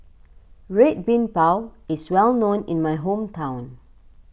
Red Bean Bao is well known in my hometown